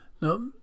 Now